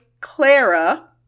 Clara